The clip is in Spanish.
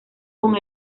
con